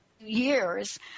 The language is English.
years